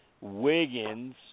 Wiggins